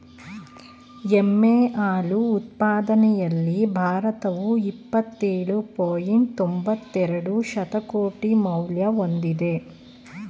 ಎಮ್ಮೆ ಹಾಲು ಉತ್ಪಾದನೆಯಲ್ಲಿ ಭಾರತವು ಇಪ್ಪತ್ತೇಳು ಪಾಯಿಂಟ್ ತೊಂಬತ್ತೆರೆಡು ಶತಕೋಟಿ ಮೌಲ್ಯ ಹೊಂದಿದೆ